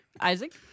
Isaac